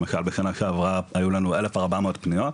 למשל בשנה שעברה היו לנו אלף ארבע מאות פניות,